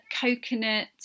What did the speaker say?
coconut